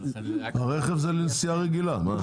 הרכב זה לנסיעה רגילה.